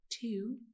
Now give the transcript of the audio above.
two